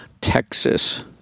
Texas